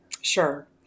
Sure